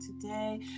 today